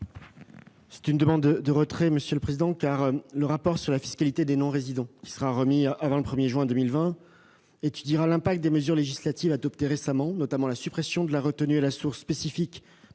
? Je demande le retrait de cet amendement, car le rapport sur la fiscalité des non-résidents, qui sera remis avant le 1 juin 2020, étudiera l'impact des mesures législatives adoptées récemment, notamment de la suppression de la retenue à la source spécifique